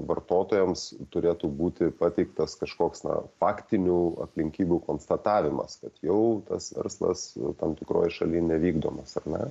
vartotojams turėtų būti pateiktas kažkoks na faktinių aplinkybių konstatavimas kad jau tas verslas tam tikroj šaly nevykdomas ar ne